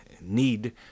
need